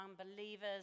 unbelievers